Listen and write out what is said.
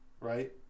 right